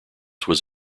was